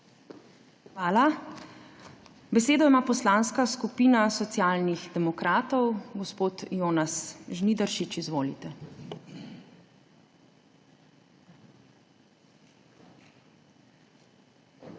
Hvala. Besedo ima Poslanska skupina Socialnih demokratov. Gospod Jonas Žnidaršič, izvolite.